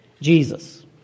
Jesus